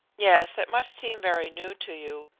yes, it must seem very new to you.